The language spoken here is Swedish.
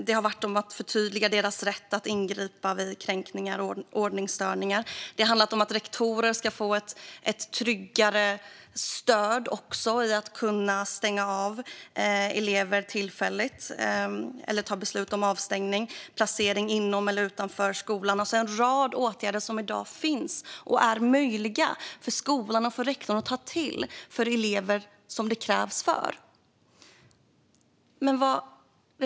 Det har också handlat om att förtydliga deras rätt att ingripa vid kränkningar och ordningsstörningar och om att rektorer ska få ett tryggare stöd i att tillfälligt kunna stänga av elever eller besluta om avstängning eller placering inom eller utanför skolan. Det är alltså en rad åtgärder som i dag finns och är möjliga för skolan och rektorn att ta till för de elever det krävs för.